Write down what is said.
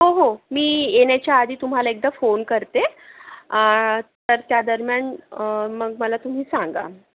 हो हो मी येण्याच्या आधी तुम्हाला एकदा फोन करते तर त्या दरम्यान मग मला तुम्ही सांगा